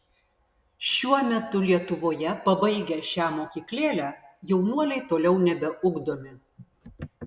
šiuo metu lietuvoje pabaigę šią mokyklėlę jaunuoliai toliau nebeugdomi